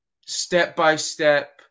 step-by-step